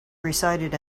recited